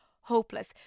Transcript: hopeless